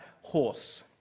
horse